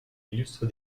illustre